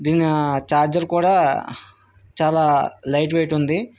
దీనీ charger కూడా చాలా light weight ఉంది